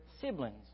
siblings